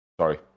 sorry